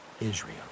Israel